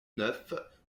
neuf